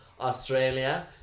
Australia